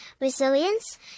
resilience